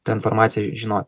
tą informaciją žinot